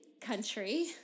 country